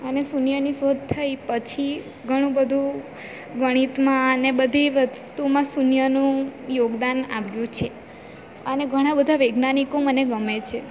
અને શૂન્યની શોધ થઈ પછી ઘણું બધું ગણિતમાં અને બધી વસ્તુમાં શૂન્યનું યોગદાન આવ્યું છે અને ઘણા બધા વૈજ્ઞાનિકો મને ગમે છે